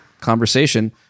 conversation